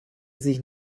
sich